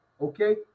okay